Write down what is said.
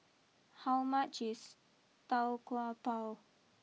how much is Tau Kwa Pau